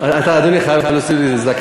אדוני, אתה חייב עוד דקה.